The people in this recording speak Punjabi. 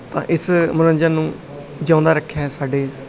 ਤਾਂ ਇਸ ਮਨੋਰੰਜਨ ਨੂੰ ਜਿਉਂਦਾ ਹੈ ਰੱਖਿਆ ਸਾਡੇ